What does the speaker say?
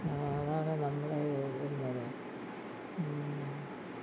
അതാണ് നമ്മുടെ ഇത് വരുന്നത്